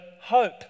hope